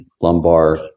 lumbar